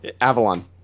Avalon